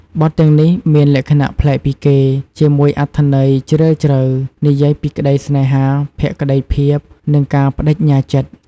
បទទាំងនេះមានលក្ខណៈប្លែកពីគេ ជាមួយអត្ថន័យជ្រាលជ្រៅ និយាយពីក្ដីស្នេហា ភក្ដីភាព និងការប្ដេជ្ញាចិត្ត។